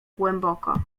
głęboko